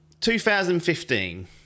2015